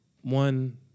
One